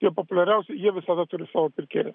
tie populiariausi jie visada turi savo pirkėją